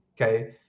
okay